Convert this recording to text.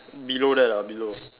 below that ah below